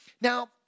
Now